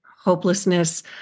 Hopelessness